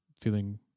feeling